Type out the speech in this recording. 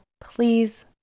Please